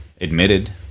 admitted